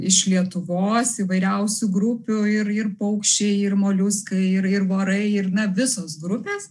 iš lietuvos įvairiausių grupių ir ir paukščiai ir moliuskai ir ir vorai ir na visos grupės